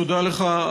תודה לך,